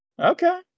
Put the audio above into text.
Okay